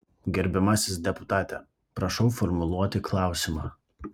gerbiamasis deputate prašau formuluoti klausimą